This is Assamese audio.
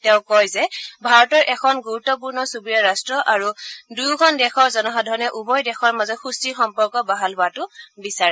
তেওঁ কয় যে ভাৰত এখন গুৰুত্পূৰ্ণ চুবুৰীয়া ৰাট্ট আৰু দুয়োখন দেশৰ জনসাধাৰণে উভয় দেশৰ মাজত সুস্থিৰ সম্পৰ্ক বাহাল হোৱাটো বিচাৰে